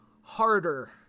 harder